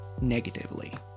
negatively